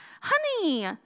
Honey